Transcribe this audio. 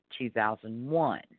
2001